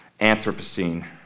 Anthropocene